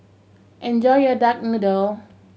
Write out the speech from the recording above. enjoy your duck noodle